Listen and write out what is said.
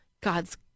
God's